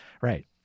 Right